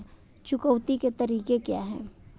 चुकौती के तरीके क्या हैं?